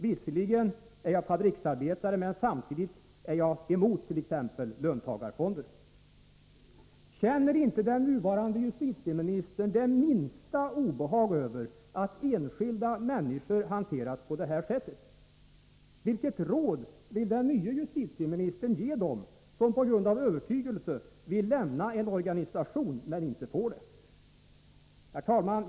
Visserligen är jag fabriksarbetare men samtidigt är jag emot t.ex. löntagarfonder.” Känner inte den nuvarande justitieministern det minsta obehag över att enskilda människor hanteras på det här sättet? Vilket råd vill den nye justitieministern ge dem som på grund av övertygelse vill lämna en organisation men inte får det? Herr talman!